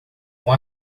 com